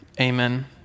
Amen